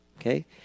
Okay